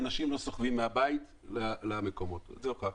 אנשים לא סוחבים מהבית למקומות האלה.